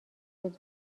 روز